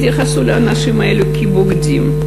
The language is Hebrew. התייחסו לאנשים האלו כלבוגדים.